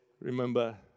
remember